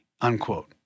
unquote